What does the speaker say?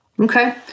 Okay